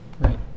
Right